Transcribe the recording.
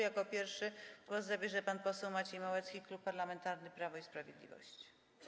Jako pierwszy głos zabierze pan poseł Maciej Małecki, Klub Parlamentarny Prawo i Sprawiedliwość.